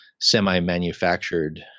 semi-manufactured